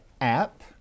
app